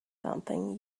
something